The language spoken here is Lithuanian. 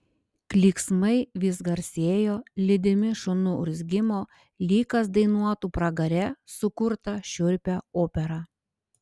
klyksmai vis garsėjo lydimi šunų urzgimo lyg kas dainuotų pragare sukurtą šiurpią operą